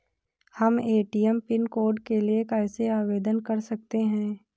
हम ATM pin code के लिए कैसे आवेदन कर सकते हैं?